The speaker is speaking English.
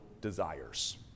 desires